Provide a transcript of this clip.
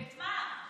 את מה?